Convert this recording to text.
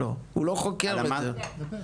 הוא לא חוקר יותר.